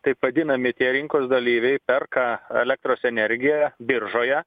taip vadinami tie rinkos dalyviai perka elektros energiją biržoje